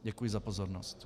Děkuji za pozornost.